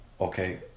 okay